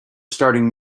starting